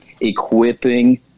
equipping